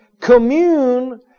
Commune